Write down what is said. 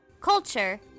Culture